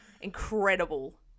Incredible